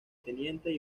teniente